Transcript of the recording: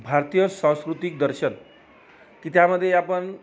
भारतीय सांस्कृतिक दर्शन की त्यामध्ये आपण